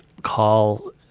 Call